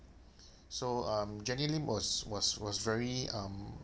so um jenny lim was was was very um